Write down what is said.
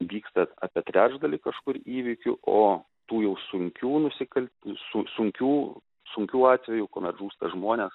vyksta apie trečdalį kažkur įvykių o tų jau sunkių nusikalt su sunkių sunkių atvejų kuomet žūsta žmonės